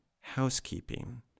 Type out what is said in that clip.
housekeeping